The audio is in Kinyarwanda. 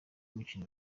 mukino